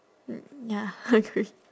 mm ya agree